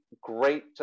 great